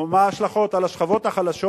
או מה ההשלכות על השכבות החלשות,